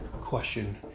question